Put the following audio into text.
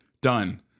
done